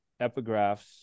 epigraphs